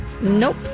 Nope